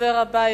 הדובר הבא,